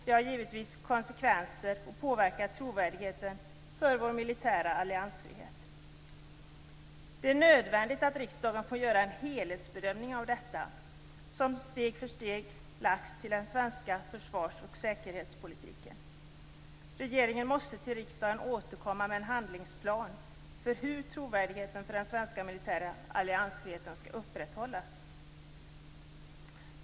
Det ger givetvis konsekvenser och påverkar trovärdigheten för vår militära alliansfrihet. Det är nödvändigt att riksdagen får göra en helhetsbedömning av allt det som steg för steg har lagts till den svenska försvars och säkerhetspolitiken. Regeringen måste till riksdagen återkomma med en handlingsplan för hur trovärdigheten för den svenska militära alliansfriheten skall upprätthållas.